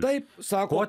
taip sako